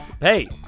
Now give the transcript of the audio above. Hey